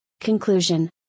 Conclusion